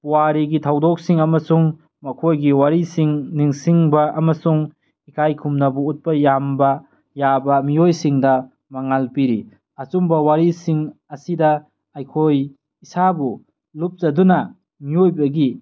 ꯄꯨꯋꯥꯔꯤꯒꯤ ꯊꯧꯗꯣꯛꯁꯤꯡ ꯑꯃꯁꯨꯡ ꯃꯈꯣꯏꯒꯤ ꯋꯥꯔꯤꯁꯤꯡ ꯅꯤꯡꯁꯤꯡꯕ ꯑꯃꯁꯨꯡ ꯏꯀꯥꯏ ꯈꯨꯝꯅꯕ ꯎꯠꯄ ꯌꯥꯕ ꯃꯤꯑꯣꯏꯁꯤꯡꯗ ꯃꯉꯥꯜ ꯄꯤꯔꯤ ꯑꯆꯨꯝꯕ ꯋꯥꯔꯤꯁꯤꯡ ꯑꯁꯤꯗ ꯑꯩꯈꯣꯏ ꯏꯁꯥꯕꯨ ꯂꯨꯞꯆꯗꯨꯅ ꯃꯤꯑꯣꯏꯕꯒꯤ